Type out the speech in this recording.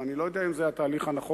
ואני לא יודע אם זה התהליך הנכון.